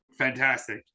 fantastic